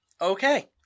Okay